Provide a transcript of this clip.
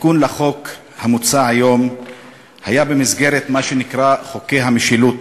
התיקון לחוק המוצע היום היה במסגרת מה שנקרא "חוקי המשילות",